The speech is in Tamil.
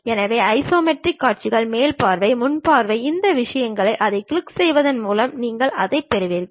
எனவே ஐசோமெட்ரிக் காட்சிகள் மேல் பார்வை முன் பார்வை இந்த விஷயங்களை அதைக் கிளிக் செய்வதன் மூலம் நீங்கள் அதைப் பெறுவீர்கள்